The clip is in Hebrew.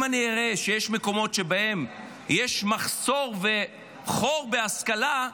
אם אני אראה שיש מקומות שבהם יש מחסור וחור בהשכלה,